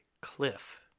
cliff